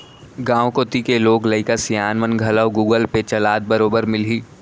गॉंव कोती के लोग लइका सियान मन घलौ गुगल पे चलात बरोबर मिलहीं